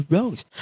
Rose